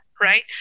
Right